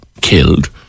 killed